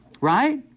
Right